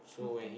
okay